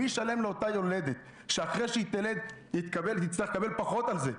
מי ישלם לאותה יולדת שאחרי שהיא תלד היא תצטרך לקבל פחות על זה.